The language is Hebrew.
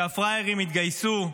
שהפראיירים יתגייסו,